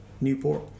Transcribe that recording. Newport